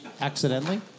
Accidentally